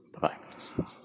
Bye-bye